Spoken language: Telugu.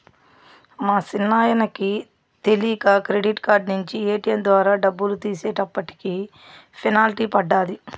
మా సిన్నాయనకి తెలీక క్రెడిట్ కార్డు నించి ఏటియం ద్వారా డబ్బులు తీసేటప్పటికి పెనల్టీ పడ్డాది